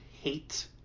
hate